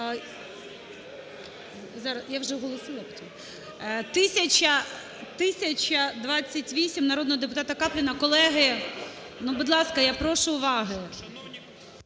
я вже оголосила... 1028 народного депутата Капліна. Колеги, ну, будь ласка, я прошу уваги.